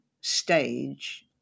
stage